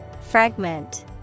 Fragment